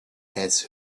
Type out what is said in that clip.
has